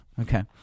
Okay